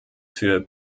für